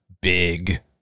big